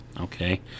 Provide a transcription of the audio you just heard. Okay